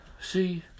See